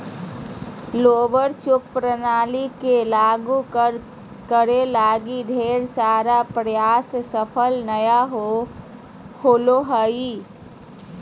labour check प्रणाली के लागु करे लगी ढेर सारा प्रयास सफल नय होले हें